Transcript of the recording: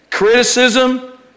Criticism